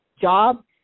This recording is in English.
job